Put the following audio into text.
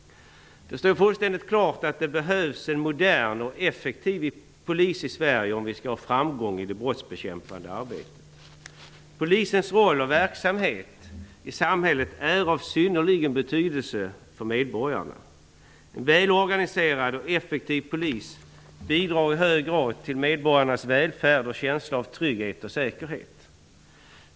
Det står fullständigt klart att det behövs en modern och effektiv polis i Sverige om vi skall ha framgång i det brottsbekämpande arbetet. Polisens roll och verksamhet i samhället är av stor betydelse för medborgarna. En välorganiserad och effektiv polis bidrar i hög grad till medborgarnas välfärd och känsla av trygghet och säkerhet.